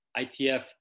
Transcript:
ITF